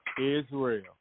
Israel